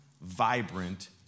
vibrant